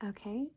Okay